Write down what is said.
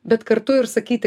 bet kartu ir sakyti